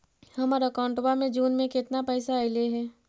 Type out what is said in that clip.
हमर अकाउँटवा मे जून में केतना पैसा अईले हे?